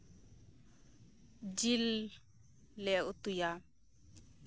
ᱡᱤᱞ ᱞᱮ ᱩᱛᱩᱭᱟ